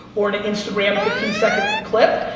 or in an instagram fifteen second clip,